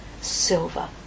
Silver